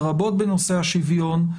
לרבות בנושא השוויון,